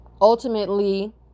Ultimately